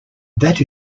that